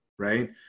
right